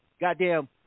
Goddamn